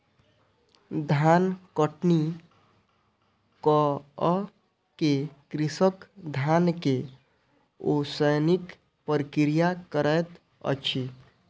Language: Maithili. धान कटनी कअ के कृषक धान के ओसौनिक प्रक्रिया करैत अछि